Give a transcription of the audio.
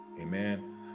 amen